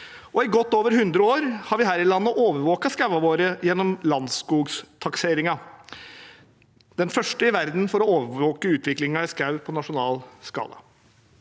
og i godt over 100 år har vi her i landet overvåket skogene våre gjennom Landsskogtakseringen, den første i verden for å overvåke utviklingen i skog i nasjonal skala.